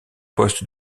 poste